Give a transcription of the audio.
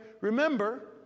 Remember